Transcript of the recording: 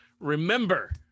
remember